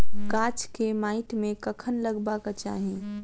गाछ केँ माइट मे कखन लगबाक चाहि?